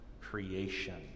creation